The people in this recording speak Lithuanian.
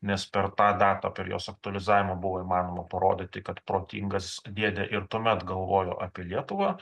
nes per tą datą per jos aktualizavimą buvo įmanoma parodyti kad protingas dėdė ir tuomet galvojo apie lietuvą